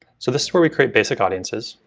so this is where we create basic audiences.